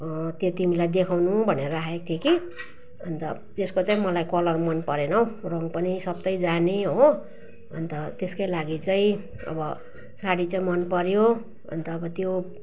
त्यो तिमीलाई देखाउनु भनेर राखेको थिएँ कि अन्त त्यसको चाहिँ मलाई कलर मन परेन रङ पनि स्वात्तै जाने हो अन्त त्यसकै लागि चाहिँ अब साडी चाहिँ मन पऱ्यो अन्त अब त्यो